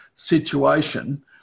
Situation